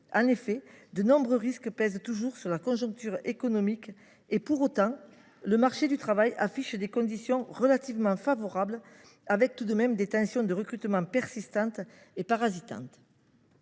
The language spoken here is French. En effet, de nombreux risques pèsent toujours sur la conjoncture économique, même si le marché du travail affiche des conditions relativement favorables, en dépit de tensions de recrutement persistantes et perturbantes.